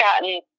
gotten